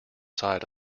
side